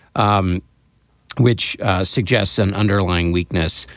um which suggests an underlying weakness.